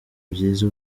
byiza